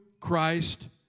Christ